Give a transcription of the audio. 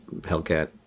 Hellcat